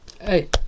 Hey